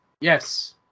Yes